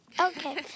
Okay